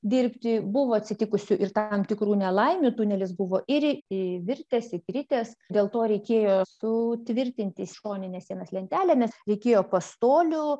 dirbti buvo atsitikusių ir tam tikrų nelaimių tunelis buvo ir įvirtęs įkritęs dėl to reikėjo sutvirtinti šonines sienas lentelėmis reikėjo pastolių